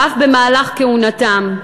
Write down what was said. ואף במהלך כהונתם,